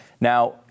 Now